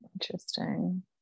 interesting